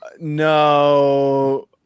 no